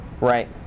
right